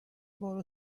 borrow